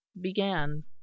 began